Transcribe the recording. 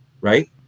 right